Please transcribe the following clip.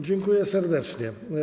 Dziękuję serdecznie.